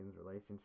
relationship